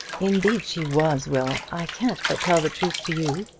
indeed she was, will. i can't but tell the truth to you.